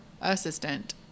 assistant